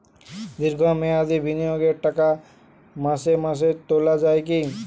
দীর্ঘ মেয়াদি বিনিয়োগের টাকা মাসে মাসে তোলা যায় কি?